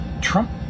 Trump